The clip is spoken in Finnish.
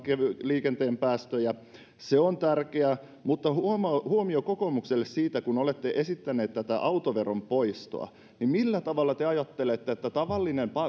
liikenteen päästöjä on tärkeää mutta huomio huomio kokoomukselle siitä kun olette esittäneet autoveron poistoa millä tavalla te ajattelette että tavallinen